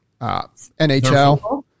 NHL